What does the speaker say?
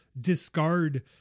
discard